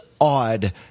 odd